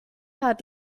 hat